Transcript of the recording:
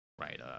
right